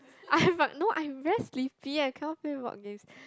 I am but no I'm very sleepy I cannot play board games